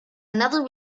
another